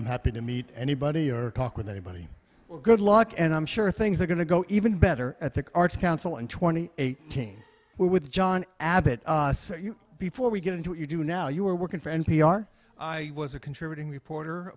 i'm happy to meet anybody or talk with anybody good luck and i'm sure things are going to go even better at the arts council and twenty eight team where with john abbott before we get into what you do now you were working for n p r i was a contributing reporter